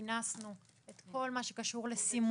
כינסנו לפריט אחד בתוספת את כל מה שקשור לסימונים,